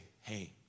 hey